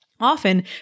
Often